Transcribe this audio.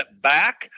back